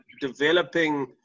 developing